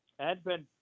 Advent